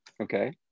Okay